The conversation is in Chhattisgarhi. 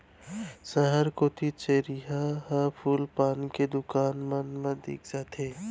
सहर कोती चरिहा ह फूल पान के दुकान मन मा दिख जाथे